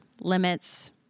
limits